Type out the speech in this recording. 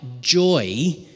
joy